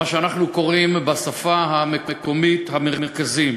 מה שאנחנו קוראים בשפה המקומית "המרכזים".